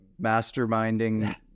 masterminding